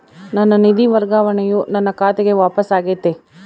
ನನ್ನ ನಿಧಿ ವರ್ಗಾವಣೆಯು ನನ್ನ ಖಾತೆಗೆ ವಾಪಸ್ ಆಗೈತಿ